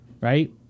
right